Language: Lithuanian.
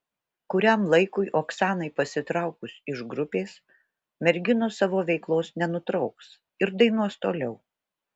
kuriam laikui oksanai pasitraukus iš grupės merginos savo veiklos nenutrauks ir dainuos toliau